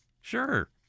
Sure